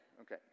Okay